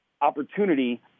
opportunity –